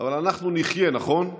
אבל אנחנו נחיה, נכון?